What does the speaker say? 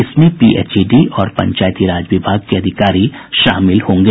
इसमें पीएचईडी और पंचायती राज विभाग के अधिकारी शामिल होंगे